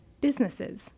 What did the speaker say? Businesses